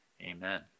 Amen